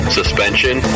suspension